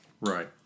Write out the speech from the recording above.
Right